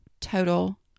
total